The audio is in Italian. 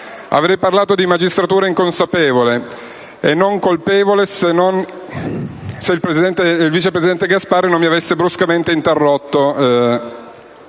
Avrei parlato di magistratura inconsapevole e non colpevole, se il vice presidente Gasparri non mi avesse bruscamente interrotto,